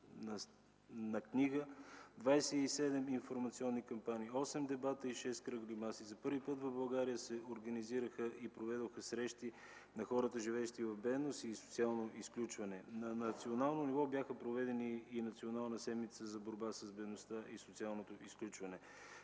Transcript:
на книга), 27 информационни кампании, 8 дебата и 6 кръгли маси. За първи път в България се организираха и проведоха срещи на хората, живеещи в бедност и социално изключване. На национално ниво беше проведена Национална седмица за борба с бедността и социалното изключване.